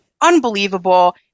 unbelievable